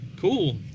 Cool